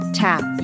tap